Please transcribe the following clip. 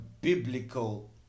biblical